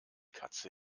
katze